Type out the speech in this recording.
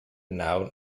now